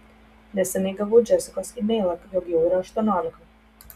neseniai gavau džesikos emailą jog jau yra aštuoniolika